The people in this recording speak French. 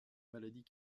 maladies